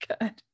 good